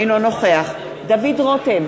אינו נוכח דוד רותם,